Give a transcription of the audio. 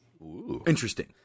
Interesting